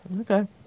Okay